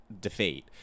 defeat